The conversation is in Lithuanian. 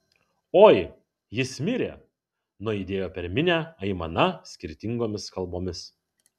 oi jis mirė nuaidėjo per minią aimana skirtingomis kalbomis